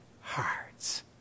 hearts